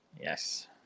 Yes